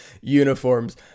uniforms